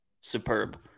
superb